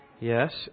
Yes